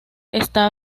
está